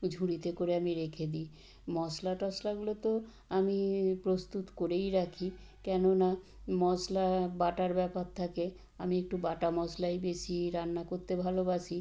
ঝুড়িতে করে আমি রেখে দিই মশলা টশলাগুলো তো আমি প্রস্তুত করেই রাখি কেননা মশলা বাটার ব্যাপার থাকে আমি একটু বাটা মশলাই বেশি রান্না করতে ভালোবাসি